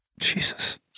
Jesus